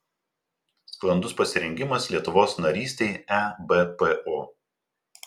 sklandus pasirengimas lietuvos narystei ebpo